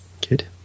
kid